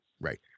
Right